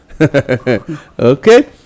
Okay